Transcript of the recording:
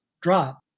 drop